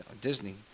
Disney